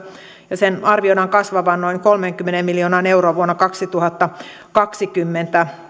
ja sen arvioidaan kasvavan noin kolmeenkymmeneen miljoonaan euroon vuonna kaksituhattakaksikymmentä